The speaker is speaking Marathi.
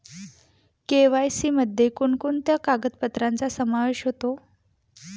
के.वाय.सी मध्ये कोणकोणत्या कागदपत्रांचा समावेश होतो?